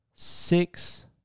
Six